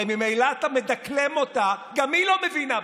הרי ממילא אתה מדקלם אותה, גם היא לא מבינה בזה,